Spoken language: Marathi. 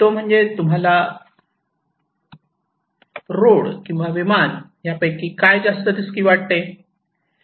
तो म्हणजे तुम्हाला रोड किंवा विमान यापैकी काय जास्त रिस्की वाटते